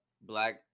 black